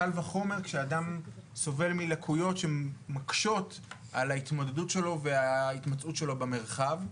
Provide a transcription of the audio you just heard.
קל וחומר כשאדם סובל מלקויות שמקשות על ההתמודדות וההתמצאות שלו במרחב.